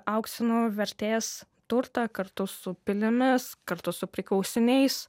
auksinų vertės turtą kartu su pilimis kartu su priklausiniais